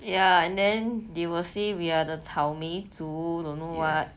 ya and then they will say we are the 草莓族 don't know [what]